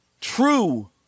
true